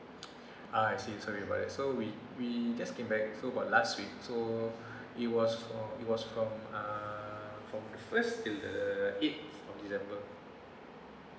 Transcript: ah I see sorry about that so we we just came back so about last week so it was from it was from uh from first to the eight of december